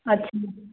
अच्छा